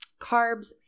carbs